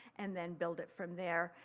and then build it from there,